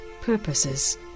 purposes